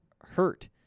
hurt